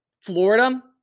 Florida